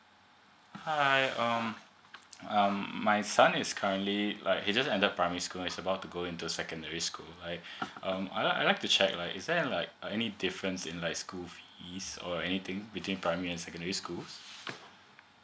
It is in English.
hi um um my son is currently like he just enter primary school is about to go into secondary school like um I like to check like is there like a any difference in like school fee is or anything between primary and secondary schools